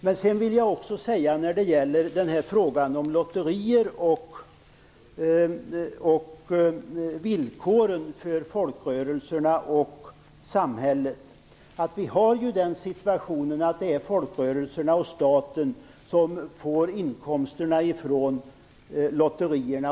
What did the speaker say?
När det sedan gäller frågan om lotterier och villkoren för folkrörelserna och samhället har vi den situationen att det är folkrörelserna och staten som får inkomster från lotterierna.